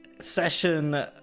session